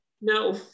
no